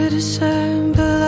December